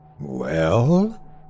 Well